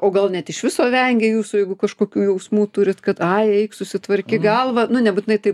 o gal net iš viso vengia jūsų jeigu kažkokių jausmų turit kad ai eik susitvarkyk galvą na nebūtinai taip